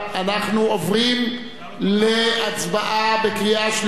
אנחנו עוברים להצבעה בקריאה שלישית.